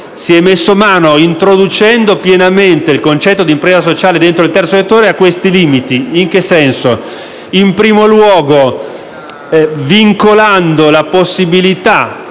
quindi messo mano - introducendo pienamente il concetto di impresa sociale dentro al terzo settore - a questi limiti, in primo luogo vincolando la possibilità,